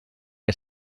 que